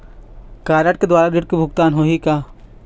Card के द्वारा ऋण के भुगतान होही का?